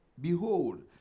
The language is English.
behold